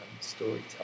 storytelling